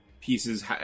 Pieces